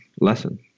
Lesson